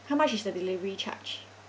how much is the delivery charge